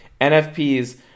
NFPs